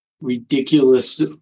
ridiculous